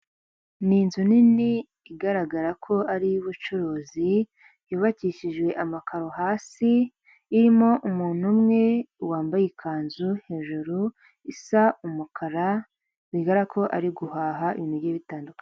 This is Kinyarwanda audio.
Ni inzu nini igaragara ko ari iy'ubucuruzi yubakishijwe amakaro hasi, irimo umuntu umwe wambaye ikanzu hejuru isa umukara, bigaragara ko ari guhaha ibintu bitandukanye.